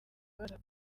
baza